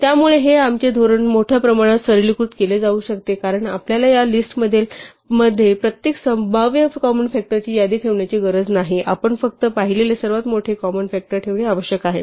त्यामुळे हे आमचे धोरण मोठ्या प्रमाणात सरलीकृत केले जाऊ शकते कारण आपल्याला या लिस्टमध्ये प्रत्येक संभाव्य कॉमन फ़ॅक्टरची यादी ठेवण्याची गरज नाही आपण फक्त पाहिलेले सर्वात मोठे फ़ॅक्टर ठेवणे आवश्यक आहे